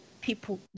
people